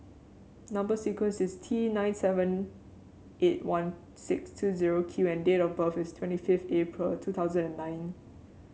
number sequence is T nine seven eight one six two zero Q and date of birth is twenty fifth April two thousand and nine